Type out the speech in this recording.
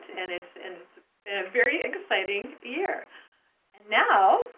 and it's and been a very exciting year. and now,